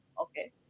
okay